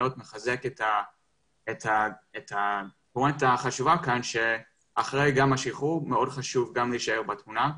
מחזק את הפואנטה החשובה כאן שגם אחרי השחרור מאוד חשוב להישאר בתמונה.